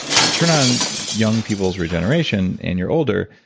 you turn on young people's regeneration, and your older,